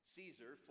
Caesar